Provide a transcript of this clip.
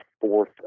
Fourth